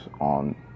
on